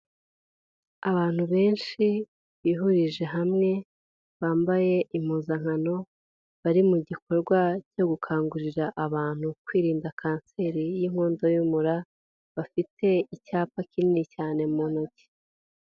Abantu benshi bihurije hamwe, bambaye impuzankano, bari mu gikorwa cyo gukangurira abantu kwirinda kanseri y'inkondo y'umura, bafite icyapa kinini cyane mu ntoki.